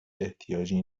احتیاجی